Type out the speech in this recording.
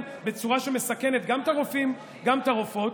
בצורה שמסכנת גם את הרופאים וגם את הרופאות,